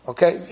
Okay